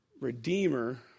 Redeemer